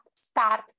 start